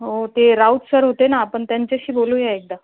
हो ते राऊत सर होते ना आपन त्यांच्याशी बोलूया एकदा